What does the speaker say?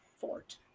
fort